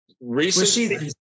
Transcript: recently